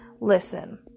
Listen